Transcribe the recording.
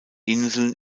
inseln